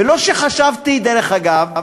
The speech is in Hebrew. ולא שחשבתי, דרך אגב,